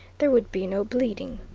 there would be no bleeding.